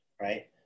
right